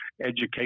education